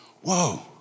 whoa